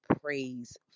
praise